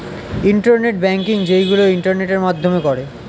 internet banking যেইগুলো ইন্টারনেটের মাধ্যমে করে